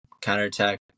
Counterattack